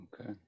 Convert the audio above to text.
Okay